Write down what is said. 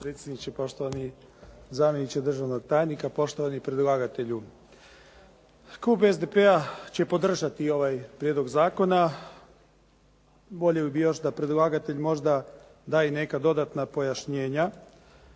potpredsjedniče, poštovani zamjeniče državnog tajnika, poštovani predlagatelju. Klub SDP-a će podržati ovaj prijedlog zakona, bolje bi bilo još da predlagatelj možda da i neka dodatna pojašnjenja.